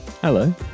Hello